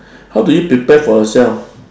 how do you prepare for yourself